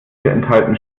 enthalten